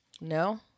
No